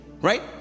right